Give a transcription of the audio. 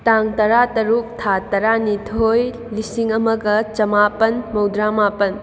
ꯇꯥꯡ ꯇꯔꯥꯇꯔꯨꯛ ꯊꯥ ꯇꯔꯥꯅꯤꯊꯣꯏ ꯂꯤꯁꯤꯡ ꯑꯃꯒ ꯆꯃꯥꯄꯟ ꯃꯧꯗ꯭ꯔꯥ ꯃꯥꯄꯟ